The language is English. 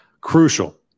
crucial